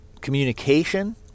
communication